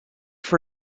for